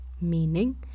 meaning